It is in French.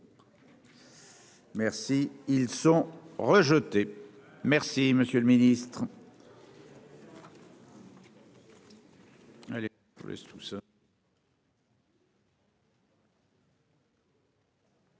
Merci, ils sont rejetés, merci monsieur le ministre.